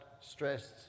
stressed